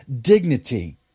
dignity